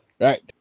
Right